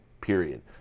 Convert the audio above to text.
period